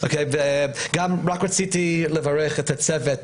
ורציתי לברך את הצוות.